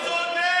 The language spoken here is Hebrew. צודק.